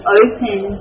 open